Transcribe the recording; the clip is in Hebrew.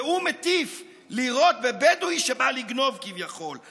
והוא מטיף לירות בבדואי שבא לגנוב, כביכול.